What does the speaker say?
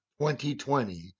2020